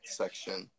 section